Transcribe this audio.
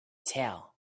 tail